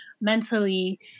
mentally